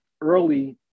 early